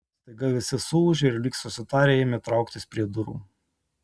staiga visi suūžė ir lyg susitarę ėmė trauktis prie durų